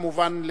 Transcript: כמובן,